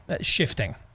shifting